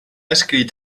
escrit